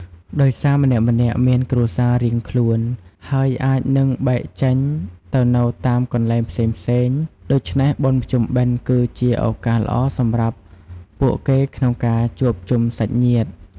ដោយសារម្នាក់ៗមានគ្រួសាររៀងខ្លួន ហើយអាចនឹងបែកចេញទៅនៅតាមកន្លែងផ្សេងៗ ដូច្នេះបុណ្យភ្ពុំបិណ្ឌគឺជាឱកាសល្អសម្រាប់ពួកគេក្នុងការជួបជុំសាច់ញាតិ។